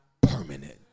permanent